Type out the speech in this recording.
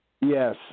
Yes